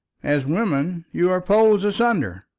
as women you are poles asunder.